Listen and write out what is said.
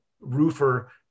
roofer